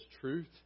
truth